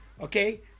Okay